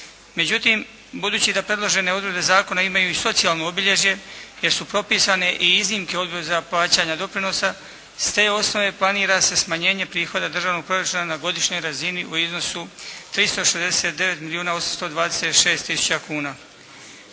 Međutim, budući da predložene odredbe zakona imaju i socijalno obilježje jer su propisane i iznimke odgode za plaćanje doprinosa. S te osnove planira se smanjenje prihoda državnog proračuna na godišnjoj razini u iznosu 369 milijuna